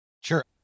Sure